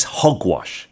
hogwash